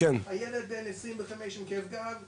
הילד בן 25 עם כאב גב,